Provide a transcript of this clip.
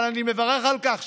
אבל אני מברך על כך,